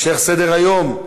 המשך סדר-היום,